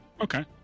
Okay